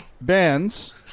bands